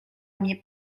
mnie